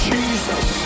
Jesus